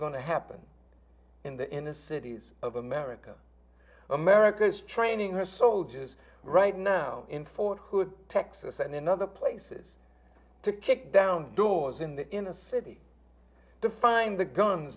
to happen in the inner cities of america america's training her soldiers right now in fort hood texas and in other places to kick down doors in the inner city to find the guns